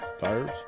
tires